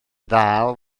ddal